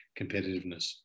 competitiveness